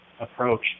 approach